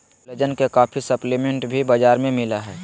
collagen के काफी supplement भी बाजार में मिल हइ